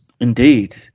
indeed